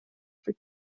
for